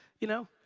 you know.